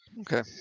Okay